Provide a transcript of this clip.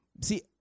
see